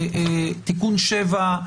תיקון 7,